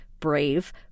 brave